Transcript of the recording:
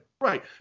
Right